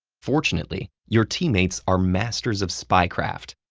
fortunately, your teammates are masters of spy-craft.